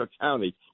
County